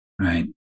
Right